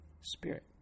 Spirit